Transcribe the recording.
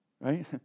right